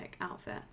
outfit